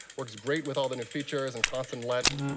works great with all the new features and const and let.